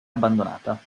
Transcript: abbandonata